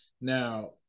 now